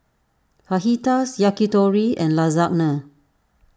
Fajitas Yakitori and Lasagna